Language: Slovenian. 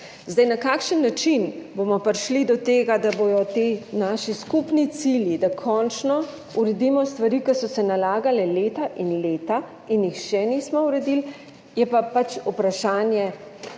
Na kakšen način bomo prišli do tega, da bodo ti naši skupni cilji, da končno uredimo stvari, ki so se nalagale leta in leta in jih še nismo uredili, je pa pač vprašanje,